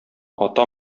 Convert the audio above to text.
ата